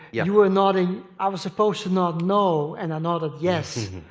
yeah you were nodding i was supposed to nod no, and i nodded yes.